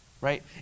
right